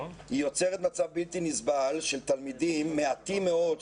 היא יוצרת מצב בלתי נסבל של תלמידים מעטים מאוד,